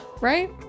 right